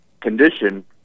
condition